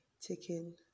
taking